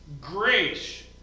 grace